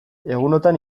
egunotan